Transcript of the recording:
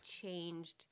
changed